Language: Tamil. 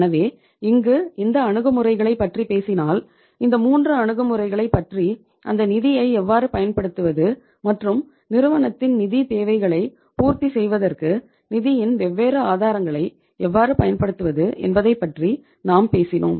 எனவே இங்கு இந்த அணுகுமுறைகளைப் பற்றி பேசினால் இந்த 3 அணுகுமுறைகளைப் பற்றி அந்த நிதியை எவ்வாறு பயன்படுத்துவது மற்றும் நிறுவனத்தின் நிதித் தேவைகளைப் பூர்த்தி செய்வதற்கு நிதியின் வெவ்வேறு ஆதாரங்களை எவ்வாறு பயன்படுத்துவது என்பதை பற்றி நாம் பேசினோம்